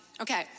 Okay